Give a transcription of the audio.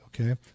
okay